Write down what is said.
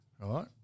Right